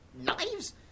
Knives